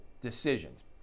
decisions